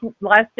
last